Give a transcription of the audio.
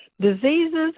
diseases